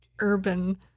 urban